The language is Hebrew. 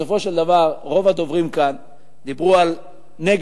בסופו של דבר רוב הדוברים כאן דיברו על נגב-גליל,